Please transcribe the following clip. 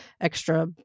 extra